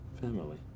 family